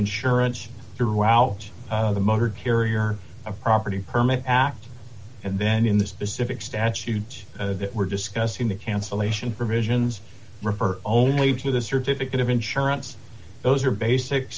insurance throughout the motor carrier of property permit act and then in the specific statute that we're discussing the cancellation provisions refer only to the certificate of insurance those are basic